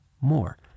more